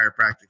chiropractic